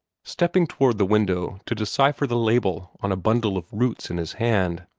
stepping toward the window to decipher the label on a bundle of roots in his hand,